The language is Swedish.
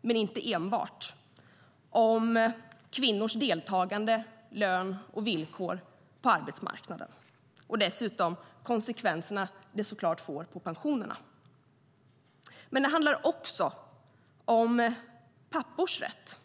men inte enbart, om kvinnors deltagande, lön och villkor på arbetsmarknaden och de konsekvenser det såklart får för pensionerna. Men det handlar också om pappors rätt.